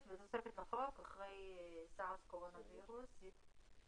וגם פותח פתח לכך שחלק המיקרואורגניזמים האלה